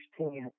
16